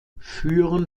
führen